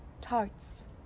tarts